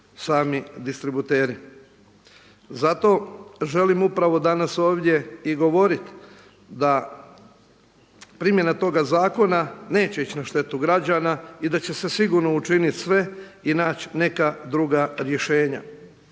sami distributeri. Zato želim upravo danas ovdje i govoriti da primjena toga zakona neće ići na štetu građana i da će se sigurno učiniti sve i naći neka druga rješenja.